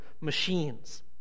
machines